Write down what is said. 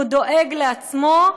והוא דואג לעצמו,